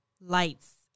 lights